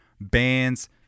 bands